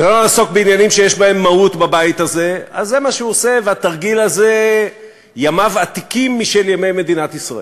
שלושת הדברים האלה, חברים, קיימים בחוק-יסוד: